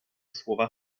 słowa